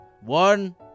One